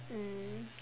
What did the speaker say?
mm